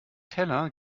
teller